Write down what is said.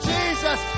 Jesus